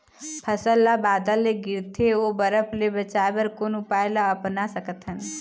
फसल ला बादर ले गिरथे ओ बरफ ले बचाए बर कोन उपाय ला अपना सकथन?